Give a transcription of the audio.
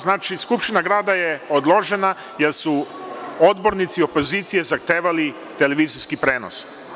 Znači Skupština grada je odložena jer su odbornici opozicije zahtevali televizijski prenos.